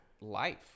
life